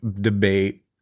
debate